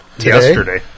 yesterday